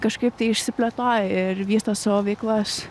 kažkaip tai išsiplėtoja ir vysto savo veiklas